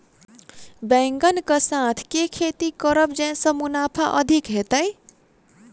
बैंगन कऽ साथ केँ खेती करब जयसँ मुनाफा अधिक हेतइ?